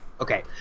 Okay